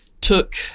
took